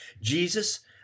jesus